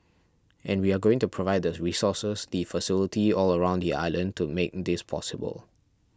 and we are going to provide the resources the facility all around the island to make this possible